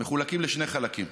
מחולקים לשני חלקים: